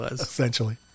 essentially